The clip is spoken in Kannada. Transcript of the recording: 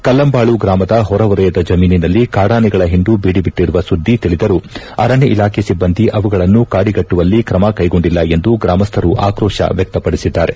ಕಲ್ಲಂಬಾಳು ಗ್ರಾಮದ ಹೊರವಲಯದ ಜಮೀನಿನಲ್ಲಿ ಕಾಡಾನೆಗಳ ಹಿಂಡು ಬೀಡುಬಿಟ್ಟರುವ ಸುದ್ದಿ ತಿಳಿದರೂ ಅರಣ್ಯ ಇಲಾಖೆ ಸಿಬ್ಬಂದಿ ಅವುಗಳನ್ನು ಕಾಡಿಗಟ್ಟುವಲ್ಲಿ ಕ್ರಮ ಕೈಗೊಂಡಿಲ್ಲ ಎಂದು ಗ್ರಾಮಸ್ಥರು ಆಕ್ರೋಶ ವ್ಯಕ್ತಪಡಿಸಿದ್ದಾರೆ